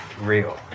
real